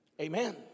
Amen